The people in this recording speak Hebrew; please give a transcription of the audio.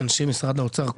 לאנשי משרד האוצר,